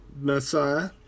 Messiah